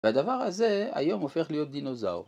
והדבר הזה היום הופך להיות דינוזאור